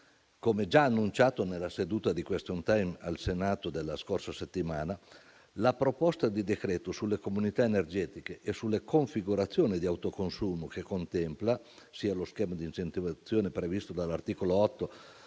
come già annunciato nella seduta di *question time* al Senato della scorsa settimana, la proposta di decreto sulle comunità energetiche e sulle configurazioni di autoconsumo, che contempla sia lo schema di incentivazione previsto dall'articolo 8